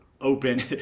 open